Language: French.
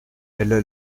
elle